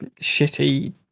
shitty